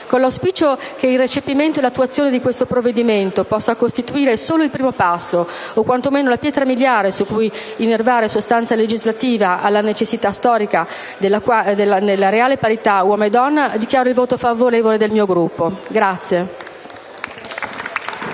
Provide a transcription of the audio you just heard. Con l'auspicio che il recepimento e l'attuazione di questo provvedimento possano costituire solo il primo passo o quanto meno la pietra miliare su cui innervare sostanza legislativa alla necessità storica della reale parità uomo-donna, dichiaro il voto favorevole del mio Gruppo.